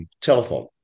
telephone